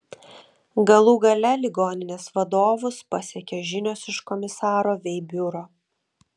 galų gale ligoninės vadovus pasiekė žinios iš komisaro vei biuro